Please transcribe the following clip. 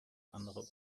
andere